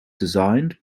designed